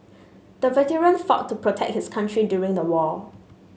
the veteran fought to protect his country during the war